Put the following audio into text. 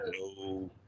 no